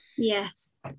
Yes